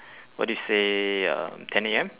what do you say um ten A_M